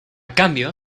cambio